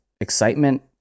excitement